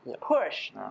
push